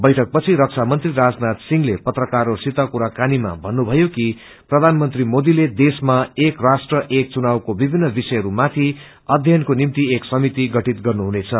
बैठकपछि रक्षामंत्री राजनाथ सिंहले पत्राकारहरूसित कुराकानीामा भन्नुभयो कि प्रधानमंत्री मोीले देश्मा एक राष्ट्र एक चुनाव को विभिन्न विषयहरू माथि अध्ययनको निम्ति एक समिति गठित गर्नुहुनेछ